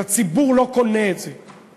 הציבור לא קונה את זה.